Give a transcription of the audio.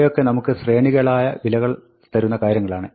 ഇവയൊക്കെ നമുക്ക് ശ്രേണികളായ വിലകൾ തരുന്ന കാര്യങ്ങളാണ്